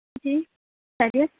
جی خیریت